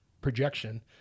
projection